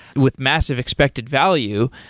with massive expected value,